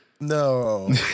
No